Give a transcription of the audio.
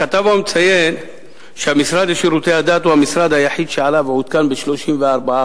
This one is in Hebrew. בכתבה הוא מציין שהמשרד לשירותי הדת הוא המשרד היחיד שעלה ועודכן ב-34%.